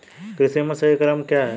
कृषि में सही क्रम क्या है?